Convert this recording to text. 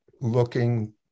looking